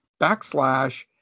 backslash